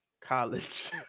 college